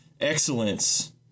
excellence